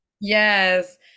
yes